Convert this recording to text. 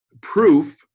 proof